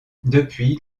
depuis